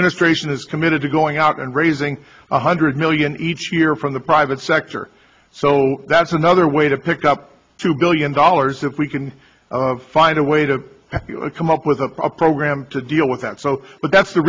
is committed to going out and raising one hundred million each year from the private sector so that's another way to pick up two billion dollars if we can find a way to come up with a program to deal with that so that's the